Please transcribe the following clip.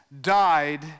died